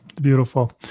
Beautiful